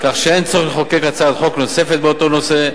כך שאין צורך לחוקק הצעת חוק נוספת באותו נושא,